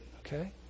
okay